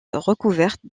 recouverte